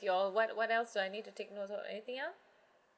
your what what else do I need to take note or anything else